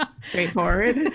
straightforward